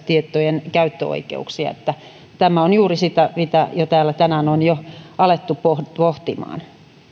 tietojen käyttöoikeuksia tämä on juuri sitä mitä täällä tänään on jo alettu pohtimaan